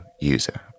user